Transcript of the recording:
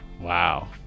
wow